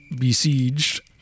besieged